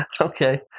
Okay